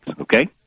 okay